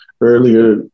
earlier